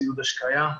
ציוד השקייה,